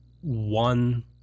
one –